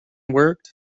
worked